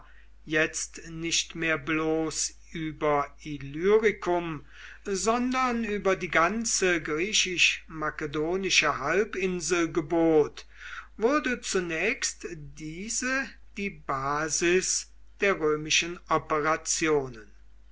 jetzt nicht mehr bloß über illyricum sondern über die ganze griechisch makedonische halbinsel gebot wurde zunächst diese die basis der römischen operationen